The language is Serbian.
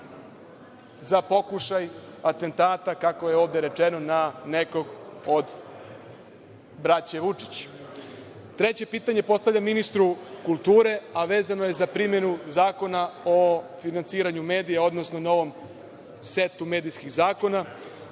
za pokušaj atentata, kako je ovde rečeno, na nekog od braće Vučić? **Miroslav Aleksić** Treće pitanje postavljam ministru kulture, a vezano je za primenu Zakona o finansiranju medija, odnosno novom setu medijskih zakona.